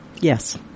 Yes